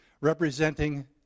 representing